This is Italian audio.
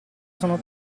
sono